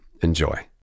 Enjoy